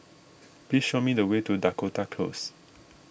please show me the way to Dakota Close